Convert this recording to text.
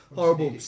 horrible